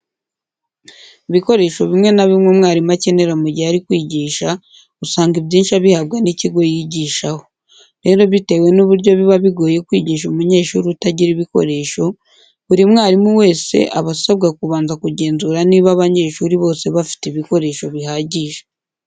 ibikoresho bimwe na bimwe umwarimu akenera mu gihe ari kwigisha usanga ibyinshi abihabwa n'ikigo yigishaho. Rero bitewe n'uburyo biba bigoye kwigisha umunyeshuri utagira ibikoresho, buri mwarimu wese aba asabwa kubanza kugenzura niba abanyeshuri bose bafite ibikoresho bihagije.